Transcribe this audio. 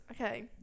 okay